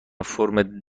فرم